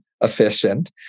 efficient